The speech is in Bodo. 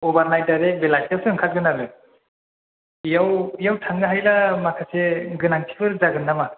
अभार नाइथ आरो बेलासियावसो ओंखारगोन आरो बेयाव बेयाव थांनो हायोब्ला माखासे गोनांथिफोर जागोन नामा